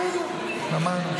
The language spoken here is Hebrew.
בסדר, שמענו.